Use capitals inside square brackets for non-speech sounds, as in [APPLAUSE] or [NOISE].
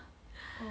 [BREATH]